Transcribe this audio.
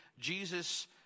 Jesus